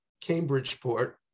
Cambridgeport